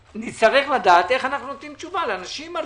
שנצטרך לדעת איך אנחנו נותנים תשובה לנשים הללו.